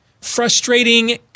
frustrating